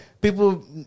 people